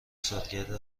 سالگرد